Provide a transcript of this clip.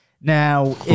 Now